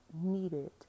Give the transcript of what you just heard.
needed